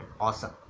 awesome